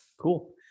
cool